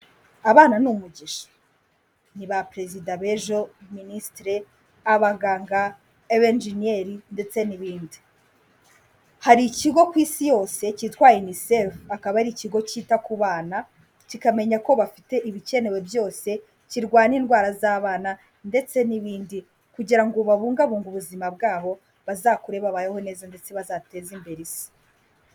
Abana ni umugisha. Ni ba perezida ba ejo, abaminisitire, abaganga, ebenginiyeri, ndetse n'ibindi. Hari ikigo ku isi yose, cyitwa UNICEF, akaba ari ikigo cyita ku abana, kikamenya ko bafite ibikenewe byose, kirwanya indwara z'abana, ndetse n'ibindi, kugira ngo babungabunge ubuzima bwabo, bazakure babayeho neza ndetse bazateze imbere isi.